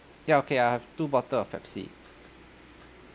ya okay I'll have two bottle of pepsi